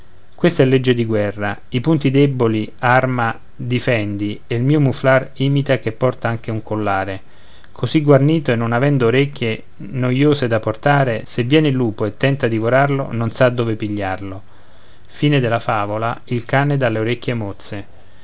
questa è legge di guerra i punti deboli arma difendi e il mio muflàr imita che porta anche un collare così guarnito e non avendo orecchie noiose da portare se viene il lupo e tenta divorarlo non sa dove pigliarlo x